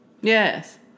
Yes